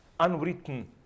unwritten